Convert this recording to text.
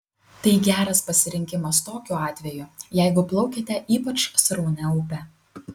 tai geras pasirinkimas tokiu atveju jeigu plaukiate ypač sraunia upe